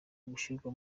gushyirwa